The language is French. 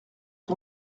ton